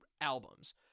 albums